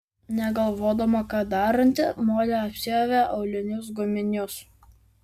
negalvodama ką daranti molė apsiavė aulinius guminius